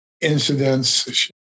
incidents